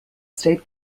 state